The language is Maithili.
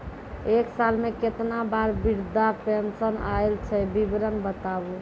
एक साल मे केतना बार वृद्धा पेंशन आयल छै विवरन बताबू?